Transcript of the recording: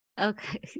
okay